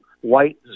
white